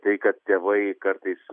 tai kad tėvai kartais